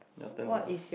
your turn to ask